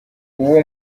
uwo